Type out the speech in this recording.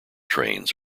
trains